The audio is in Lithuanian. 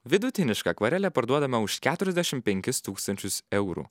vidutinišką akvarelę parduodama už keturiasdešimt penkis tūkstančius eurų